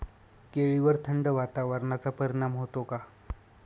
केळीवर थंड वातावरणाचा परिणाम होतो का?